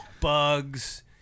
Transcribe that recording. Bugs